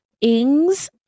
ing's